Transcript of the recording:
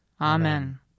Amen